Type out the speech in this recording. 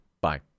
Bye